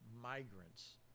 migrants